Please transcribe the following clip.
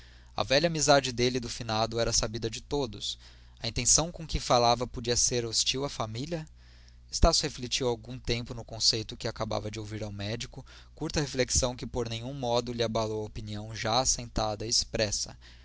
a velha amizade dele e do finado era sabida de todos a intenção com que falava podia ser hostil à família estácio refletiu algum tempo no conceito que acabava de ouvir ao médico curta reflexão que por nenhum modo lhe abalou a opinião já assentada e expressa